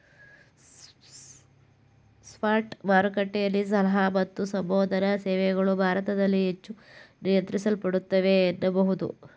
stock ಮಾರುಕಟ್ಟೆಯ ಸಲಹಾ ಮತ್ತು ಸಂಶೋಧನಾ ಸೇವೆಗಳು ಭಾರತದಲ್ಲಿ ಹೆಚ್ಚು ನಿಯಂತ್ರಿಸಲ್ಪಡುತ್ತವೆ ಎನ್ನಬಹುದು